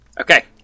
Okay